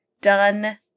done